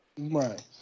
Right